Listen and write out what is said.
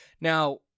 Now